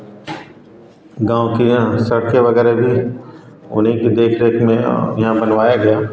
गाँव के सड़के वगैरह भी उन्हीं की देख रेख में यहाँ बनवाया गया